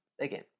again